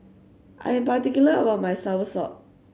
I'm particular about my soursop